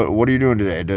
but what are you doing today?